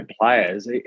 players